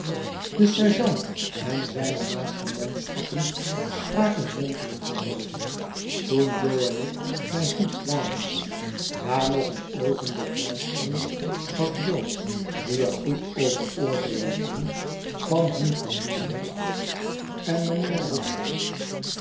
de sergeant en zijne naaste manschappen spraken mompelend daarover toen jo en ik bij hen kwamen na nog een oogenblik luisterens was jo die er goed over oordeelen kon van hun gevoelen en mijnheer